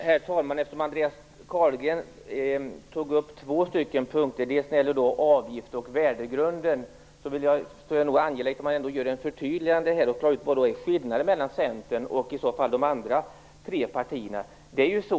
Herr talman! Eftersom Andreas Carlgren tog upp två punkter - avgiften och värdegrunden - tyckte jag att det var angeläget med ett förtydligande som klarar ut vad skillnaden är mellan Centern och de övriga tre partierna.